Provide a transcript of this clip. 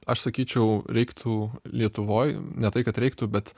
aš sakyčiau reiktų lietuvoj ne tai kad reiktų bet